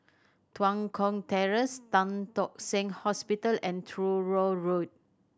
Tua Kong Terrace Tan Tock Seng Hospital and Truro Road